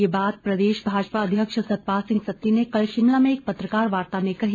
ये बात प्रदेश भाजपा अध्यक्ष सतपाल सिंह सत्ती ने कल शिमला में एक पत्रकार वार्ता में कही